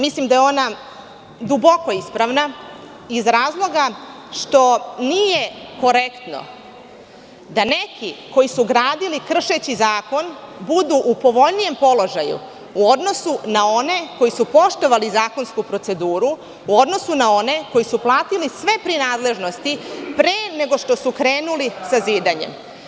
Mislim da je ona duboko ispravna iz razloga što nije korektno da neki koji su gradili kršeći zakon, budu u povoljnijem položaju u odnosu na one koji su poštovali zakonsku proceduru, u odnosu na one koji su platili sve prinadležnosti pre nego što su krenuli sa zidanjem.